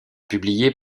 publiées